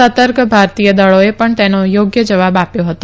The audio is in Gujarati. સતર્ક ભારતીય દળોએ પણ તેનો યોગ્ય જવાબ આપ્યો હતો